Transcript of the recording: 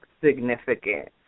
significant